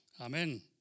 amen